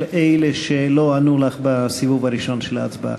אלה שלא ענו בסיבוב הראשון של ההצבעה.